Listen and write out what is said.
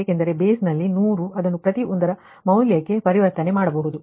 ಏಕೆಂದರೆ ಬೇಸ್ ಇಲ್ಲಿ 100 ಅದನ್ನು ಪ್ರತಿ ಒಂದರ ಮೌಲ್ಯಕ್ಕೆ ಪರಿವರ್ತನೆ ಮಾಡಬಹುದು